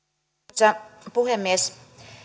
arvoisa puhemies